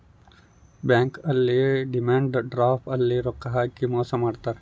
bank ಅಲ್ಲಿ demand draft ಅಲ್ಲಿ ರೊಕ್ಕ ಹಾಕಿ ಮೋಸ ಮಾಡ್ತಾರ